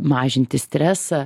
mažinti stresą